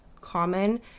common